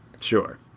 Sure